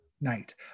night